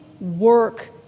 work